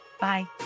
Bye